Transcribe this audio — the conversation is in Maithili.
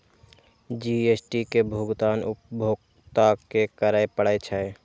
जी.एस.टी के भुगतान उपभोक्ता कें करय पड़ै छै